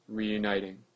reuniting